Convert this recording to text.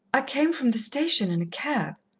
i came from the station in a cab.